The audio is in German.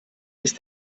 ist